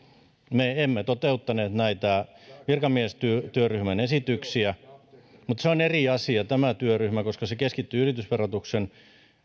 me emme toteuttaneet näitä virkamiestyöryhmän esityksiä ja tämä työryhmä on eri asia kuin tiekartta asia koska se keskittyy yritysverotuksen